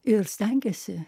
ir stengiesi